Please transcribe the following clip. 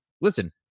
listen